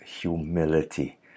humility